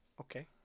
okay